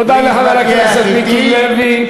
תודה לחבר הכנסת מיקי לוי.